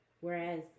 whereas